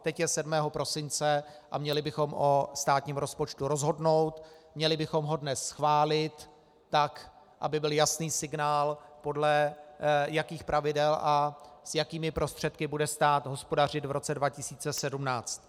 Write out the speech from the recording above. Teď je 7. prosince a měli bychom o státním rozpočtu rozhodnout, měli bychom ho dnes schválit, aby byl jasný signál, podle jakých pravidel a s jakými prostředky bude stát hospodařit v roce 2017.